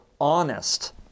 honest